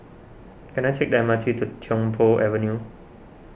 can I take the M R T to Tiong Poh Avenue